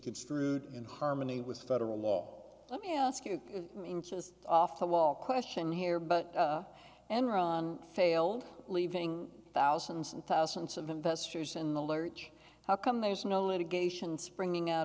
construed in harmony with federal law let me ask you inches off the wall question here but enron failed leaving thousands and thousands of investors in the lurch how come there's no litigation springing out